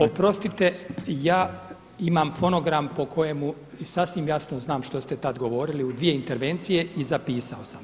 Oprostite ja imam fonogram po kojemu sasvim jasno znam što ste tada govorili u dvije intervencije i zapisao sam.